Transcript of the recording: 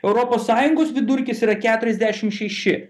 europos sąjungos vidurkis yra keturiasdešimt šeši